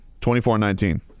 24-19